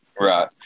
Right